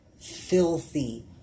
filthy